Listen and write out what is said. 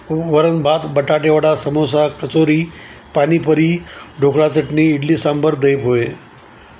वरण भात बटाटे वडा समोसा कचोरी पाणीपुरी ढोकळा चटणी इडली सांबार दहीपोहे